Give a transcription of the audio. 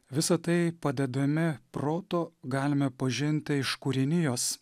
visa tai padedami proto galime pažinti iš kūrinijos